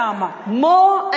more